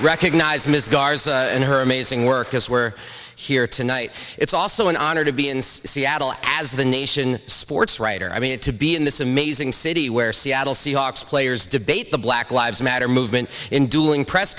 garza and her amazing work as we're here tonight it's also an honor to be in seattle as the nation sports writer i mean it to be in this amazing city where seattle seahawks players debate the black lives matter movement in dueling press